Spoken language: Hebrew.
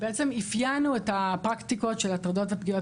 בעצם אפיינו את הפרקטיקות של הטרדות ופגיעות